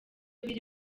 uburyo